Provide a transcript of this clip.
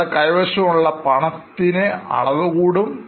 നിങ്ങളുടെ കൈവശമുള്ള പണത്തിന് അളവ് കൂടും